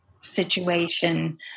situation